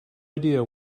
idea